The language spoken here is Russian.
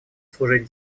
служить